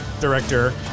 director